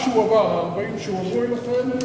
ה-40 שהועברו אליכם,